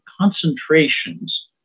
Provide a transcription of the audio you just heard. concentrations